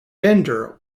bender